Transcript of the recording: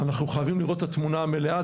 אנחנו חייבים לראות את התמונה המלאה,